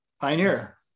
pioneer